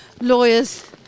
lawyers